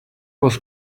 was